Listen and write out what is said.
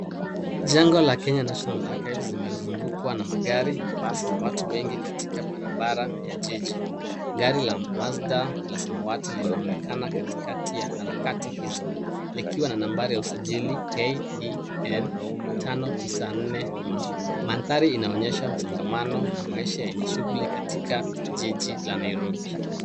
Jengo la Kenya National Archives zimezungukwa na magari, mabasi na watu wengi katika barabara ya jiji. Gari la Mazda la samawati linaonekana katikati ya harakati hizo likiwa na nabari ya usajili KDN 594M. Mandhari inaonyesha msongamano na maisha yenye shuguli katika jiji la Nairobi.